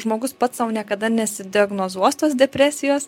žmogus pats sau niekada nesidiagnozuos tos depresijos